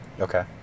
Okay